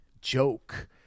joke